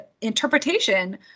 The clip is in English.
interpretation